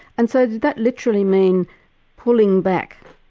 and so did that literally mean pulling back,